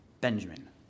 Benjamin